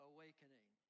Awakening